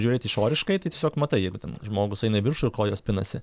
žiūrėt išoriškai tai tiesiog matai jeigu ten žmogus eina į viršų ir kojos pinasi